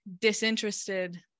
disinterested